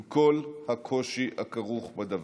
עם כל הקושי הכרוך בדבר.